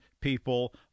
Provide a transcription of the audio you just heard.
people